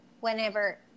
whenever